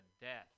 death